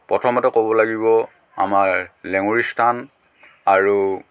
প্ৰথমতে ক'ব লাগিব আমাৰ লেঙৰীস্থান আৰু